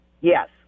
Yes